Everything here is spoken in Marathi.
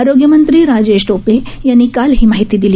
आरोग्यमंत्री राजेश टोपे यांनी काल ही माहिती दिली